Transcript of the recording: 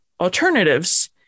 alternatives